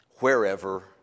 wherever